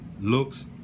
looks